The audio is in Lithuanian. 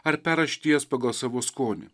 ar perrašyti jas pagal savo skonį